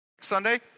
Sunday